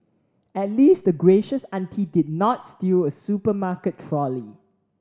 at least the gracious auntie did not steal a supermarket trolley